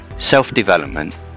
self-development